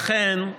לכן,